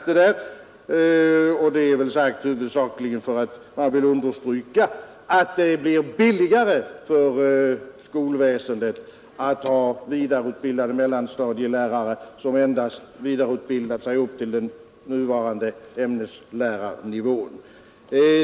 Det är väl också sagt huvudsakligen för att utskottet vill understryka att det blir billigare för skolväsendet att ha vidareutbildade mellanstadielärare, som endast vidareutbildat sig upp till den nuvarande ämneslärarnivån.